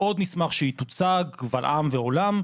מאוד נשמח שהיא תוצג קבל עם ועולם,